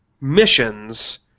missions